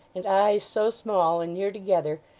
and eyes so small and near together,